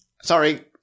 sorry